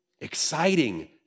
exciting